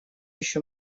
еще